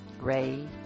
Ray